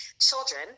children